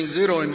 zero